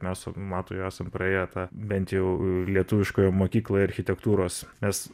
mes su matu jau esam praėję tą bent jau lietuviškoje mokykloje architektūros es